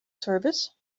service